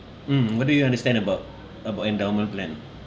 mm what do you understand about about endowment plan